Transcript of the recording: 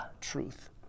truth